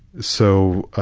so, ah